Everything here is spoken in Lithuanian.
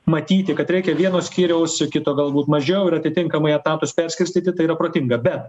matyti kad reikia vieno skyriaus kito galbūt mažiau ir atitinkamai etatus perskirstyti tai yra protinga bet